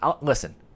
Listen